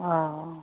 हँ